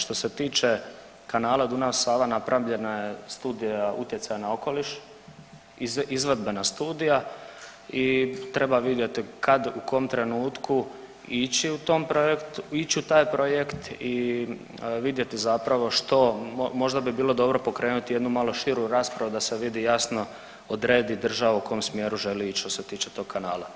Što se tiče kanala Dunav-Sava napravljena je Studija utjecaja na okoliš, izvedbena studija i treba vidjeti kad, u kom trenutku ići u taj projekt i vidjeti zapravo što, možda bi bilo dobro pokrenuti jednu malo širu raspravu da se vidi jasno, odredi država u kom smjeru želi ić što se tiče tog kanala.